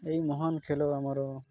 ଏଇ ମହାନ ଖେଳ ଆମର